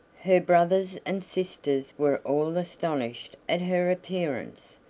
her brothers and sisters were all astonished at her appearance,